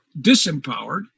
disempowered